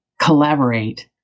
collaborate